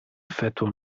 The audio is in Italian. effettua